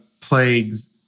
plagues